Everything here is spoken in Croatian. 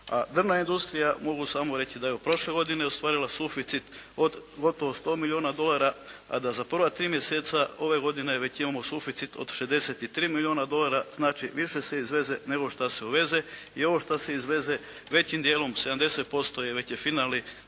drvna industrija mogu samo reći da je prošle godine ostvarila suficit od gotovo 100 milijuna dolara, a da za prva tri mjeseca ove godine već imamo suficit od 63 milijuna dolara. Znači više se izveze nego šta se uveze. I ovo šta se uveze i ovo šta se izveze većim